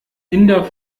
inder